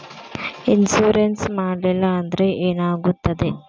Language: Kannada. ಇನ್ಶೂರೆನ್ಸ್ ಮಾಡಲಿಲ್ಲ ಅಂದ್ರೆ ಏನಾಗುತ್ತದೆ?